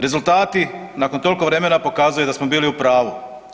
Rezultati nakon toliko vremena pokazuju da smo bili u pravu.